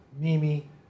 Mimi